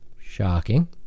Shocking